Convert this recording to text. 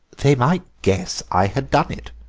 they might guess i had done it,